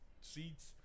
seats